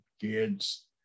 kids